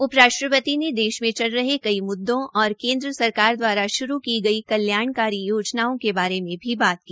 उपराष्ट्रपति ने देश के चल रहे कई मुद्दों और केन्द्र सरकार दवारा श्रू की गई कल्याणकारी योजनाओं के बारे भी बात की